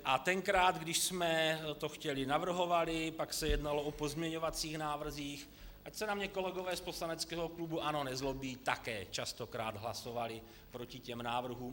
A tenkrát, když jsme to navrhovali, pak se jednalo o pozměňovacích návrzích, ať se na mě kolegové z poslaneckého klubu ANO nezlobí, také častokrát hlasovali proti těm návrhům.